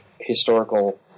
historical